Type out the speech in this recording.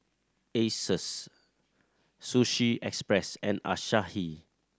Asus Sushi Express and Asahi